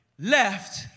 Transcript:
left